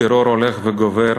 טרור הולך וגובר,